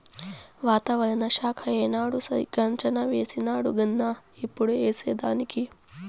వాతావరణ శాఖ ఏనాడు సరిగా అంచనా వేసినాడుగన్క ఇప్పుడు ఏసేదానికి